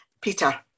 Peter